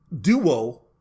duo